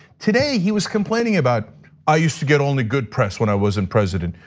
today he was complaining about i used to get only good press when i wasn't president.